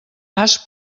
has